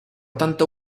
tanto